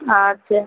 আচ্ছা